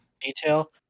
detail